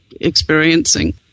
experiencing